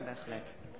בהחלט.